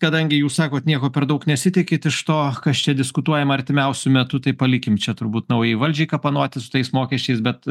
kadangi jūs sakot nieko per daug nesitikit iš to kas čia diskutuojama artimiausiu metu tai palikim čia turbūt naujai valdžiai kapanotis su tais mokesčiais bet